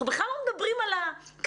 אנחנו בכלל לא מדברים על הקצפת,